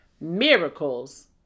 Miracles